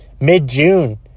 Mid-June